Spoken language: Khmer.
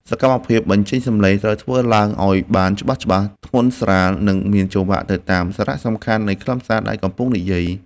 សកម្មភាពបញ្ចេញសំឡេងត្រូវធ្វើឡើងឱ្យបានច្បាស់ៗ ធ្ងន់ស្រាល និងមានចង្វាក់ទៅតាមសារៈសំខាន់នៃខ្លឹមសារដែលកំពុងនិយាយ។